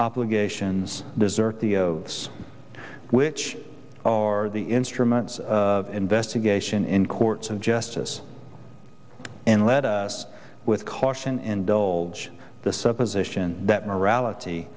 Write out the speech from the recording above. obligations desert which are the instruments of investigation in courts of justice and let us with caution indulge the supposition that morality